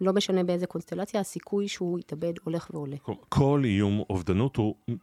לא משנה באיזה קונסטלציה, הסיכוי שהוא יתאבד הולך ועולה. כל איום אובדנות הוא...